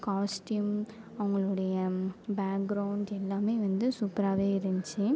costume அவங்களுடைய background எல்லாம் வந்து சூப்பராகவே இருந்துச்சி